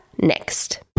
next